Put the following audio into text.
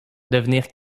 devenir